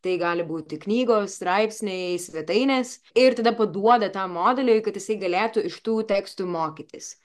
tai gali būti knygos straipsniai svetainės ir tada paduoda tą modelį kad jisai galėtų iš tų tekstų mokytis